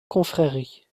confrérie